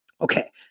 Okay